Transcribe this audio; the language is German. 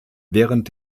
während